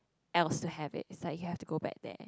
else to have it's like you have to go back there